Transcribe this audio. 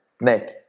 Nick